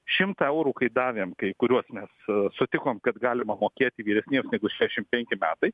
šimtą eurų kai davėm kai kuriuos mes sutikom kad galima mokėti vyresniems negu šešiasdešim penki metai